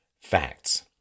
facts